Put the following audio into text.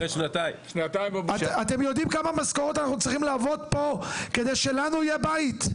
אתם יודעים כמה משכורות אנחנו צריכים לעבוד פה כדי שלנו יהיה בית?